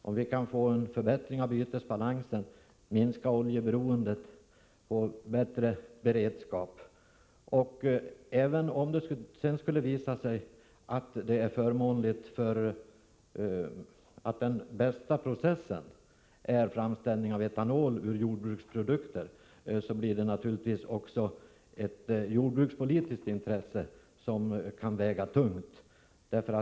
Om vi kan få en förbättring av A8hovember 1984 bytesbalansen, minska oljeberoendet och få bättre beredskap, vore det ju bra. Om det sedan skulle visa sig att det även är förmånligt på så sätt att den Vissa ekonomisie bästa processen är framställning äv stanal ur Jorbruksprodukter; blig. det politiska åtgärder, naturligtvis också ett jordbrukspolitiskt intresse, som kan väga tungt.